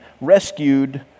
rescued